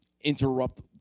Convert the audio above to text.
interrupt